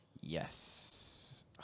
Yes